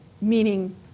Meaning